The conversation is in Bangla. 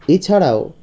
এছাড়াও